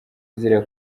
azira